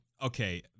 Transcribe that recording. Okay